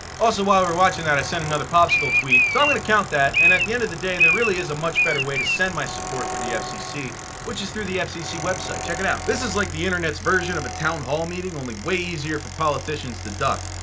also, while we're watching that i sent another popsicle tweet. so i'm gonna count that, and at the end of the day there really is a much better way to send my support for the fcc which is through the fcc website. check it out. this is like the internet's version of a town-hall meeting, only way easier for politicians to duck.